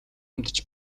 амьдарч